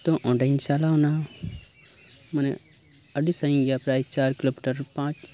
ᱛᱚ ᱚᱸᱰᱮᱧ ᱪᱟᱞᱟᱣ ᱮᱱᱟ ᱢᱟᱱᱮ ᱟᱹᱰᱤ ᱥᱟᱹᱜᱤᱧ ᱜᱮᱭᱟ ᱯᱨᱟᱭ ᱪᱟᱨ ᱠᱤᱞᱳᱢᱤᱴᱟᱨ ᱯᱟᱸᱪ